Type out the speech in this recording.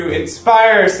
inspire